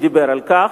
שדיבר על כך.